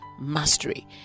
mastery